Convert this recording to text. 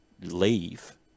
leave